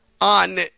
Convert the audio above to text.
on